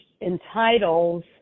entitles